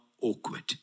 awkward